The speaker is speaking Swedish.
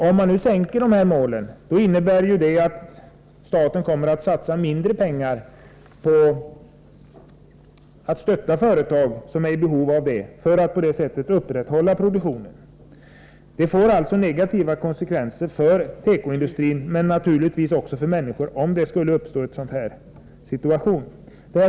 Om man sänker målen får det till följd att staten kommer att satsa mindre på att stötta företag som är i behov av stöd för att upprätthålla produktionen. Det får alltså negativa konsekvenser för tekoindustrin men naturligtvis också för människorna i vårt land, om vi skulle råka ut för en krissituation.